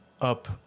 up